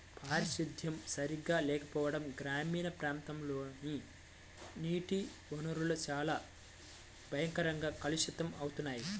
పారిశుద్ధ్యం సరిగా లేకపోవడం గ్రామీణ ప్రాంతాల్లోని నీటి వనరులు చాలా భయంకరంగా కలుషితమవుతున్నాయి